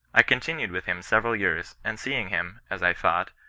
i continued with him several years, and seeing him, as i thought,